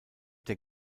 der